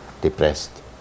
depressed